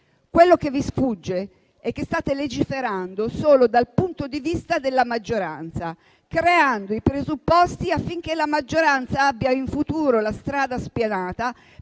Quello che vi sfugge è che state legiferando solo dal punto di vista della maggioranza, creando i presupposti affinché questa in futuro abbia la strada spianata